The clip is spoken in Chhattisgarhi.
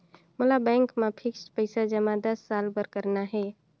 मोला बैंक मा फिक्स्ड पइसा जमा दस साल बार करना हे?